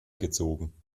gezogen